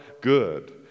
good